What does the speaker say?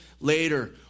later